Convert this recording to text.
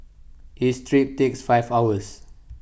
each trip takes five hours